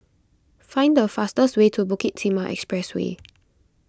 find the fastest way to Bukit Timah Expressway